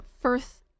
first